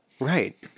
Right